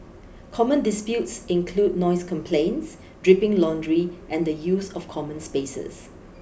common disputes include noise complaints dripping laundry and the use of common spaces